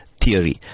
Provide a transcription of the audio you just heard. theory